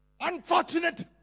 unfortunate